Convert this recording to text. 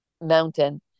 mountain